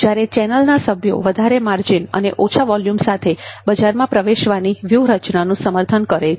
જ્યારે ચેનલના સભ્યો વધારે માર્જિન અને ઓછા વોલ્યુમ સાથે બજારમાં પ્રવેશવાની વ્યૂહરચનાનું સમર્થન કરે છે